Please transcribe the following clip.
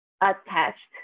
attached